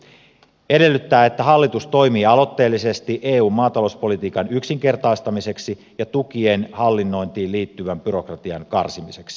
eduskunta edellyttää että hallitus toimii aloitteellisesti eun maatalouspolitiikan yksinkertaistamiseksi ja tukien hallinnointiin liittyvän byrokratian karsimiseksi